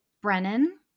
Brennan